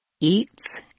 eats